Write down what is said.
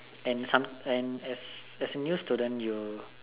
and sometime as as a new student you